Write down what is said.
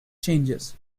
changes